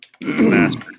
Master